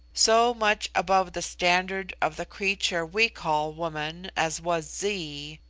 so much above the standard of the creature we call woman as was zee,